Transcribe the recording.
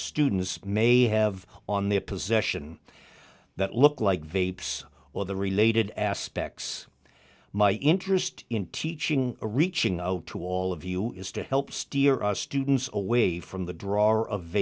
students may have on their possession that look like vegas or the related aspects my interest in teaching or reaching out to all of you is to help steer us students away from the draw are of